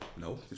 no